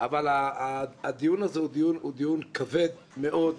אבל הדיון הזה הוא דיון כבד מאוד.